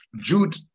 Jude